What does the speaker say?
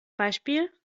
beispiel